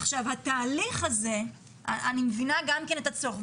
עכשיו, התהליך הזה, אני מבינה גם כן את הצורך.